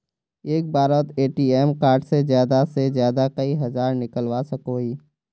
एक बारोत ATM card से ज्यादा से ज्यादा कई हजार निकलवा सकोहो ही?